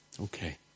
Okay